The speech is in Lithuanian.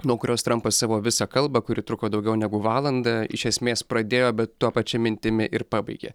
nuo kurios trampas savo visą kalbą kuri truko daugiau negu valandą iš esmės pradėjo bet ta pačia mintimi ir pabaigė